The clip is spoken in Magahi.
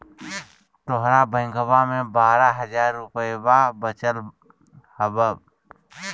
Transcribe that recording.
तोहर बैंकवा मे बारह हज़ार रूपयवा वचल हवब